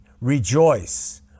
Rejoice